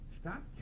Stop